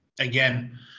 Again